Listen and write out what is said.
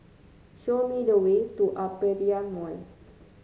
show me the way to Aperia Mall